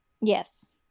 Yes